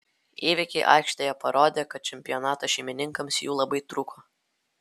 įvykiai aikštėje parodė kad čempionato šeimininkams jų labai trūko